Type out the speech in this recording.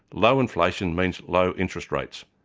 low inflation means low interest rates.